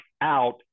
out